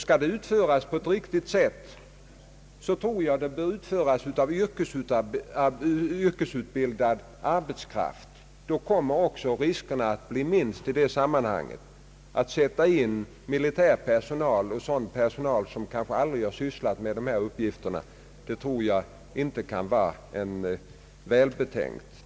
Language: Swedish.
Skall det utföras på ett riktigt sätt, tror jag att det bör utföras av yrkesutbildad arbetskraft. Då kommer också riskerna att bli mindre. Att sätta in sådan militär personal som kanske aldrig har sysslat med liknande uppgifter tror jag inte kan vara välbetänkt.